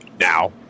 Now